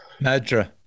Madra